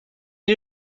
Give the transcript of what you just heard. est